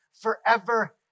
forever